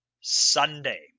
Sunday